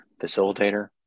facilitator